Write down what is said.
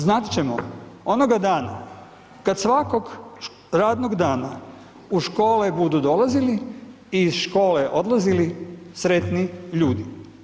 Znat ćemo onoga dana kad svakog radnog dana u škole budu dolazili i iz škole odlazili sretni ljudi.